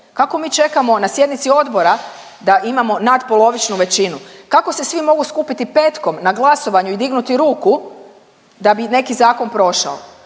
Kako mi čekamo na sjednici odbora da imamo natpolovičnu većinu? Kako se svi mogu skupiti petkom na glasovanju i dignuti ruku da bi neki zakon prošao?